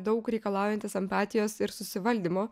daug reikalaujantis empatijos ir susivaldymo